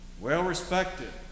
well-respected